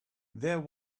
there